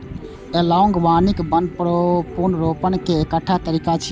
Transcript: analogue वानिकी वन पुनर्रोपण के एकटा तरीका छियै